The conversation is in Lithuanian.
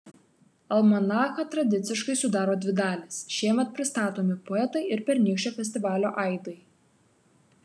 almanachą tradiciškai sudaro dvi dalys šiemet pristatomi poetai ir pernykščio festivalio aidai